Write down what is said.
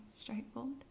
straightforward